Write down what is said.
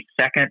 second